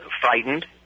frightened